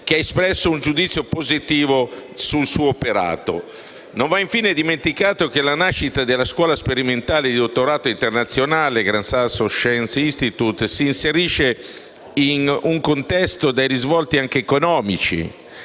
che ha espresso un giudizio positivo sul suo operato. Non va infine dimenticato che la nascita della Scuola sperimentale di dottorato internazionale Gran Sasso Science Institute si inserisce in un contesto dai risvolti anche economici,